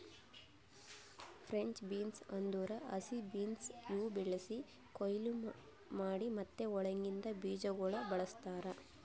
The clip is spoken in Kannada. ಫ್ರೆಂಚ್ ಬೀನ್ಸ್ ಅಂದುರ್ ಹಸಿರು ಬೀನ್ಸ್ ಇವು ಬೆಳಿಸಿ, ಕೊಯ್ಲಿ ಮಾಡಿ ಮತ್ತ ಒಳಗಿಂದ್ ಬೀಜಗೊಳ್ ಬಳ್ಸತಾರ್